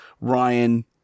ryan